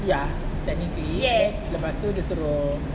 ya technically then lepas tu dia suruh